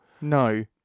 No